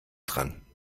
dran